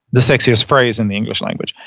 the sexiest phrase in the english language.